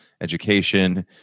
education